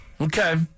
Okay